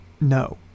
no